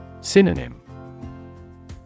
Synonym